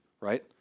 right